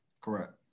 Correct